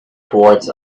towards